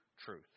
truth